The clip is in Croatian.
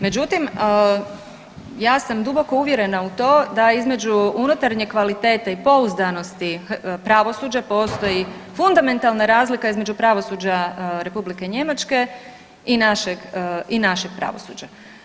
Međutim, ja sam duboko uvjerena u to da između unutarnje kvalitete i pouzdanosti pravosuđa postoji fundamentalna razlika između pravosuđa Republike Njemačke i našeg pravosuđa.